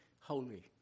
holy